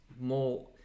more